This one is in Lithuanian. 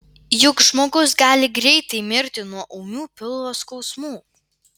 juk žmogus gali greitai mirti nuo ūmių pilvo skausmų